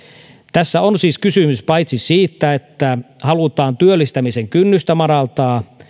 tässä on siis kysymys paitsi siitä että halutaan työllistämisen kynnystä madaltaa